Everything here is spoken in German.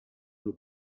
nur